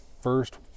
first